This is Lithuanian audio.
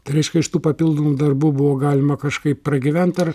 tai reiškia iš tų papildomu darbu buvo galima kažkaip pragyvent ar